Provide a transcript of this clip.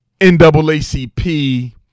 NAACP